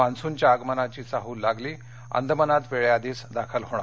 मान्सूनच्या आगमनाची चाहूल लागली अंदमानात वेळेआधीच दाखल होणार